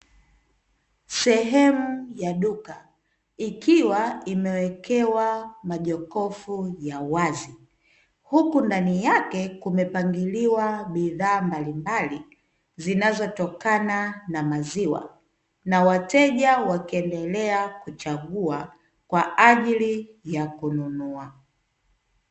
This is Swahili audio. Sehemu ya duka ikiwa imewekewa majokofu ya wazi, huku ndani yake kumepangiliwa bidhaa mbalimbali zinazotokana na maziwa, na wateja wakiendelea kuchagua kwa ajili ya kununua.